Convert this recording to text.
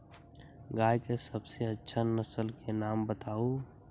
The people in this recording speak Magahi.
गाय के सबसे अच्छा नसल के नाम बताऊ?